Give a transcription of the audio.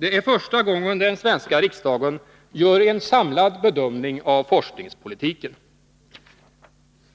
Det är första gången den svenska riksdagen gör en samlad bedömning av forskningspolitiken.